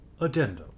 Addendum